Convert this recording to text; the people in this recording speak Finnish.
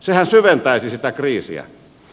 sehän syventäisi sitä kriisiä